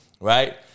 right